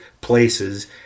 places